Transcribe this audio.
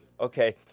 Okay